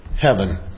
heaven